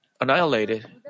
annihilated